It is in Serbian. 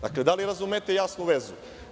Dakle, da li razumete jasnu vezu?